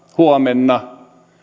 huomenna